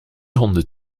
honden